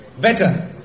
better